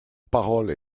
parole